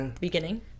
beginning